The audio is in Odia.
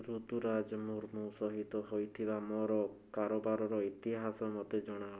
ରୁତୁରାଜ ମୁର୍ମୁ ସହିତ ହୋଇଥିବା ମୋର କାରବାରର ଇତିହାସ ମୋତେ ଜଣାଅ